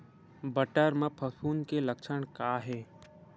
बटर म फफूंद के लक्षण का हे?